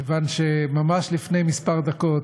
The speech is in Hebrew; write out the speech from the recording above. כיוון שממש לפני כמה דקות